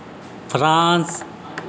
France